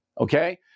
Okay